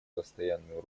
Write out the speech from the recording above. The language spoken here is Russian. постоянную